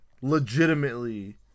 legitimately